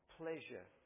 pleasure